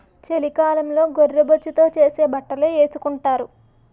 చలికాలంలో గొర్రె బొచ్చుతో చేసే బట్టలే ఏసుకొంటారు